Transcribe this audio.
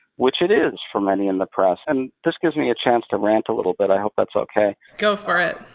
which it is for many in the press. and this gives me a chance to rant a little bit i hope that's okay. go for it.